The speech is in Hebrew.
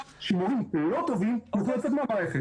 שמורים לא טובים יוכלו לצאת מהמערכת.